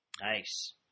Nice